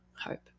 Hope